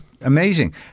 amazing